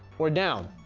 or down?